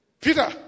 Peter